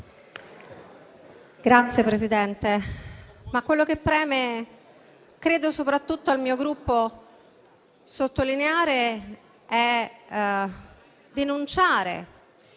Signora Presidente, quello che preme, credo soprattutto al mio Gruppo, sottolineare e denunciare